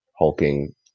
hulking